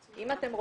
אם אתם רוצים,